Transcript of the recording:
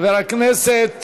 חבר הכנסת